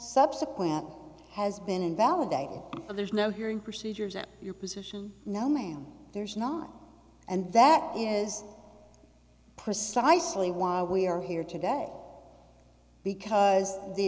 subsequent has been invalidated and there's no hearing procedures at your position no ma'am there is not and that is precisely why we are here today because the